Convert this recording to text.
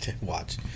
Watch